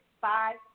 five